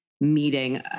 meeting